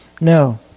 No